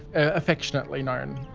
ah affectionately known,